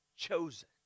Chosen